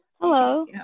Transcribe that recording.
Hello